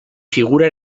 figura